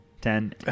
Ten